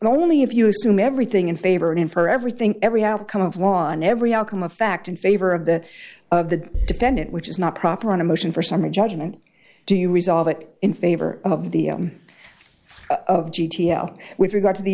only if you assume everything in favor and in for everything every outcome of law in every outcome of fact in favor of the of the defendant which is not proper on a motion for summary judgment do you resolve it in favor of the g t o with regard to the